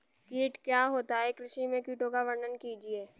कीट क्या होता है कृषि में कीटों का वर्णन कीजिए?